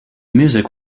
music